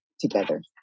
together